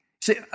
See